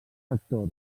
actors